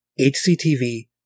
HCTV